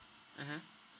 mmhmm